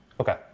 Okay